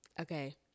Okay